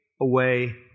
away